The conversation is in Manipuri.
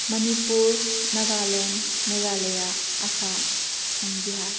ꯃꯅꯤꯄꯨꯔ ꯅꯥꯒꯥꯂꯦꯟ ꯃꯦꯘꯥꯂꯌꯥ ꯑꯁꯥꯝ ꯑꯦꯟ ꯕꯤꯍꯥꯔ